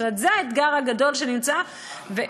זאת אומרת, זה האתגר הגדול שנמצא מולנו.